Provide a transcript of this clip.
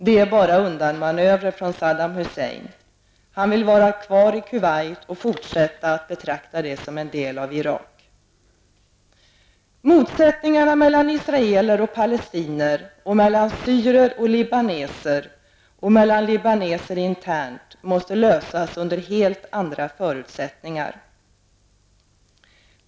Detta är bara undanmanövrer från Saddam Hussein, han vill vara kvar i Kuwait och fortsätta betrakta det som en del av Irak. Motsättningarna mellan israeler och palestinier och mellan syrier och libaneser och mellan libaneser internt måste lösas under helt andra förutsättningar.